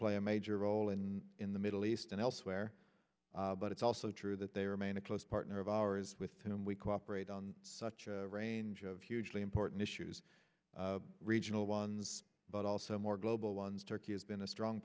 play a major role in in the middle east and elsewhere but it's also true that they remain a close partner of ours with whom we cooperate on such a range of hugely important issues regional ones but also more global ones turkey has been a strong